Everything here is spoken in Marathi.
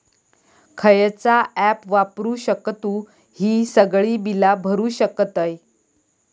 खयचा ऍप वापरू शकतू ही सगळी बीला भरु शकतय?